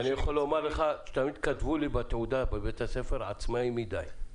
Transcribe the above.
תמיד כתבו לי בתעודה בבית הספר: עצמאי מדי.